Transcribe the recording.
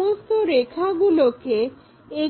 সমস্ত রেখাগুলোকে